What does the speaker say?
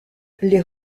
les